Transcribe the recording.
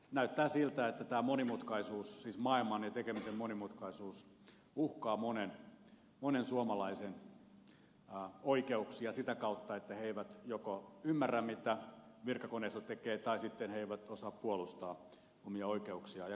näyttää siltä että tämä monimutkaisuus siis maailman ja tekemisen monimutkaisuus uhkaa monen suomalaisen oikeuksia sitä kautta että he eivät joko ymmärrä mitä virkakoneisto tekee tai sitten he eivät osaa puolustaa omia oikeuksiaan